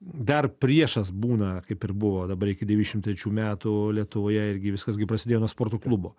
dar priešas būna kaip ir buvo dabar iki dešimt trečių metų lietuvoje irgi viskas gi prasidėjo nuo sporto klubo